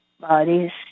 bodies